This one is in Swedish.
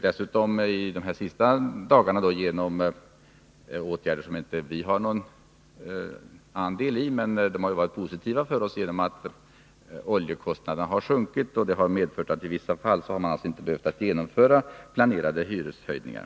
Dessutom har det de senaste dagarna genomförts åtgärder som inte vi har vidtagit, men de har varit positiva för oss nämligen att oljekostnaderna har sjunkit, och det har medfört att man i vissa fall inte behövt genomföra planerade hyreshöjningar.